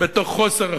בתוך חוסר אחריות.